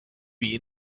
wie